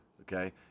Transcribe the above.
Okay